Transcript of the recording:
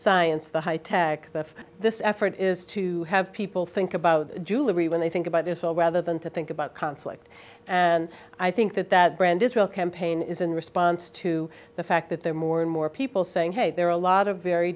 science the high tech that this effort is to have people think about jewelry when they think about this or rather than to think about conflict and i think that that brand israel campaign is in response to the fact that there are more and more people saying hey there are a lot of very